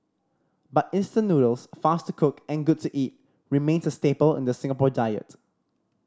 but instant noodles fast to cook and good to eat remains a staple in the Singapore diet